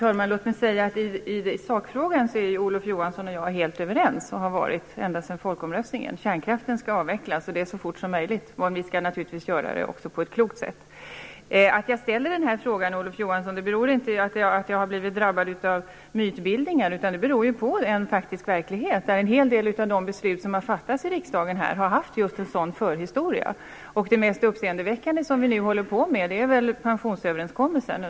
Fru talman! I sakfrågan är ju Olof Johansson och jag helt överens. Det har vi varit ända sedan folkomröstningen: Kärnkraften skall avvecklas, och det så fort som möjligt, och vi skall naturligtvis göra det på ett klokt sätt också. Anledningen till att jag ställde den här frågan var inte att jag hade drabbats av mytbildningar, utan det beror på den faktiska verkligheten: En hel del av de beslut som fattats här i riksdagen har haft just en sådan förhistoria. Det mest uppseendeväckande som vi nu håller på med är väl pensionsöverenskommelsen.